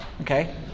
okay